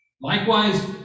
Likewise